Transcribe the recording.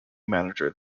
manager